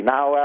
Now